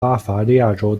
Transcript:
巴伐利亚州